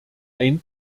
ein